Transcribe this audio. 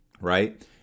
right